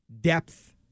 depth